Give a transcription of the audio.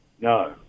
No